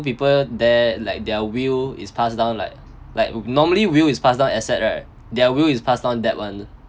people there like their will is pass down like like normally will is pass down asset right their will is pass down that one